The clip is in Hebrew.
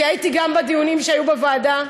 כי הייתי גם בדיונים שהיו בוועדה,